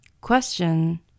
Question